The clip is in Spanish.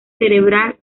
cerebral